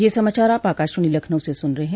ब्रे क यह समाचार आप आकाशवाणी लखनऊ से सुन रहे हैं